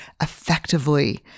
effectively